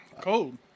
cold